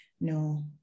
No